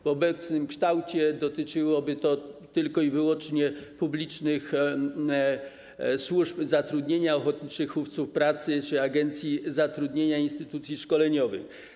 W obecnym kształcie dotyczyłoby to tylko i wyłącznie publicznych służb zatrudnienia, ochotniczych hufców pracy czy agencji zatrudnienia i instytucji szkoleniowych.